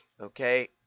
Okay